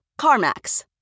CarMax